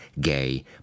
gay